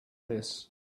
this